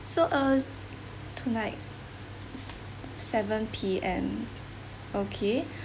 so uh tonight seven P_M okay